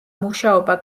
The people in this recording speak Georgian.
მუშაობა